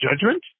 judgment